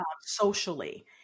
socially